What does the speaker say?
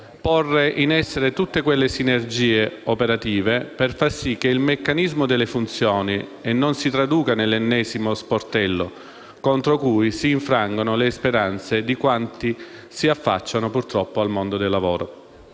porre in essere tutte quelle sinergie operative per far sì che il meccanismo delle funzioni non si traduca nell'ennesimo sportello contro cui si infrangono le speranze di quanti si affacciano al mondo del lavoro.